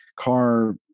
car